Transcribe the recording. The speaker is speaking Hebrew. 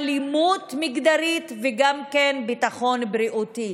ביטחון מאלימות מגדרית וגם ביטחון בריאותי.